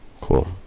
cool